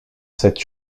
cette